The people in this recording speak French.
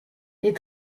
les